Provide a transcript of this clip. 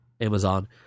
Amazon